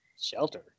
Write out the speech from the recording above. Shelter